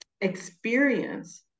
experience